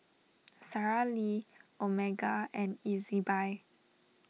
Sara Lee Omega and Ezbuy